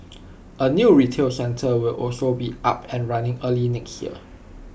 A new retail centre will also be up and running early next year